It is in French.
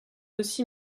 aussi